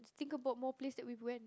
think about more place that we've went